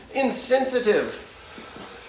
insensitive